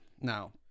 now